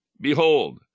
Behold